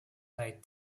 late